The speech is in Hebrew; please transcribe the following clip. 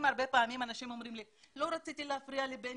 הרבה פעמים אנשים אומרים לי שלא רצו להפריע לבן